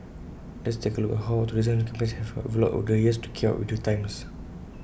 let's take A look at how our tourism campaigns have evolved over the years to keep up with the times